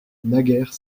naguère